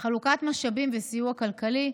חלוקת משאבים וסיוע כלכלי,